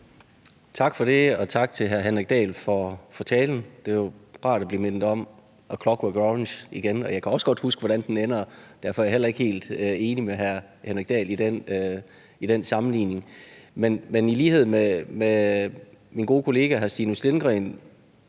Tak for det og tak til hr. Henrik Dahl for talen. Det er rart at blive mindet om »A Clockwork Orange«, og jeg kan også godt huske, hvordan den ender. Derfor er jeg heller ikke helt enig med hr. Henrik Dahl i den sammenligning. I lighed med min gode kollega hr. Stinus Lindgreen